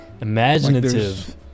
Imaginative